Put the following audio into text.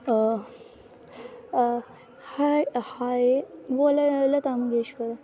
अह् आह् हाए ओह् आह्ला कामेशबर गाना